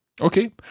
Okay